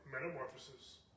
metamorphosis